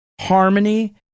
harmony